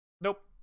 nope